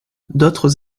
d’autres